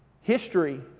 history